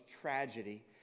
tragedy